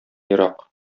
ерак